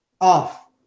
off